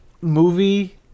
movie